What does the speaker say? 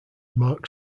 mark